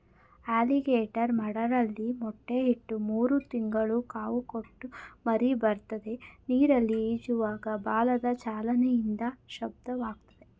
alligator ಮರಳಲ್ಲಿ ಮೊಟ್ಟೆ ಇಟ್ಟು ಮೂರು ತಿಂಗಳು ಕಾವು ಕೊಟ್ಟು ಮರಿಬರ್ತದೆ ನೀರಲ್ಲಿ ಈಜುವಾಗ ಬಾಲದ ಚಲನೆಯಿಂದ ಶಬ್ದವಾಗ್ತದೆ